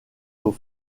aux